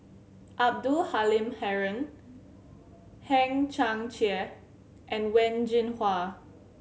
Abdul Halim Haron Hang Chang Chieh and Wen Jinhua